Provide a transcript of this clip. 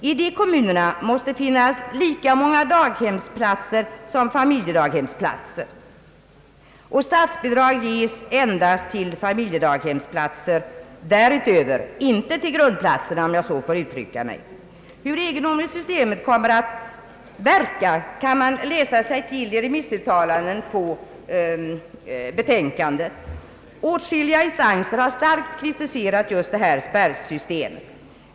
I de kommunerna måste det finnas lika många daghemsplatser som familjedaghemsplatser, och statsbidrag ges endast till familjedaghemsplatser därutöver — inte till grundplatserna, om jag får använda det uttrycket. Hur egendomligt systemet verkar kan man läsa sig till av remissuttalanden som redovisats i utredningen. Åstkilliga instanser har starkt kritiserat just spärrsystemet.